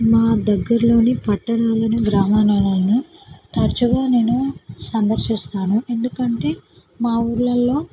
మా దగ్గరలోని పట్టణాలను గ్రామాలలను తరచుగా నేను సందర్శిస్తాను ఎందుకంటే మా ఊళ్ళలో